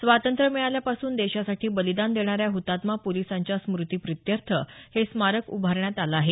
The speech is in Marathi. स्वातंत्र्य मिळाल्यापासून देशासाठी बलिदान देणाऱ्या ह्तात्मा पोलिसांच्या स्मृतिप्रीत्यर्थ हे स्मारक उभारण्यात आलं आहे